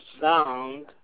sound